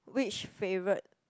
which favourite